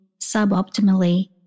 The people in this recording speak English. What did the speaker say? suboptimally